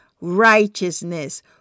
righteousness